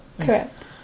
Correct